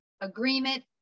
Agreement